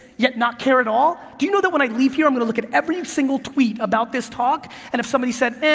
yet not care at all? do you know when i leave here, i'm gonna look at every single tweet about this talk and if somebody says yeah